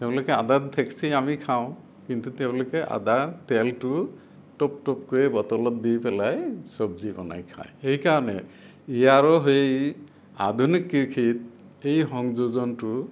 তেওঁলোকে আদাটো থেকেচি আমি খাওঁ কিন্তু তেওঁলোকে আদাৰ তেলটো টোপ টোপকৈ বটলত দি পেলাই চব্জি বনাই খায় সেইকাৰণে ইয়াৰো সেই আধুনিক কৃষিত এই সংযোজনটো